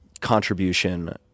contribution